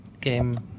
game